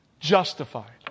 justified